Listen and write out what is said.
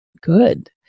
good